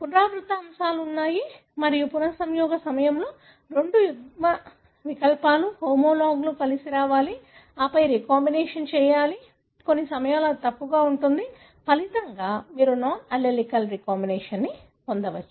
పునరావృత అంశాలు ఉన్నాయి మరియు పునఃసంయోగం సమయంలో రెండు యుగ్మవికల్పాలు హోమోలాగ్లు కలిసి రావాలి ఆపై రీ కాంబినేషన్ చేయాలి కొన్ని సమయాల్లో అది తప్పుగా ఉంటుంది ఫలితంగా మీరు నాన్ అల్లెలిక్ రీకాంబినేషన్ పొందవచ్చు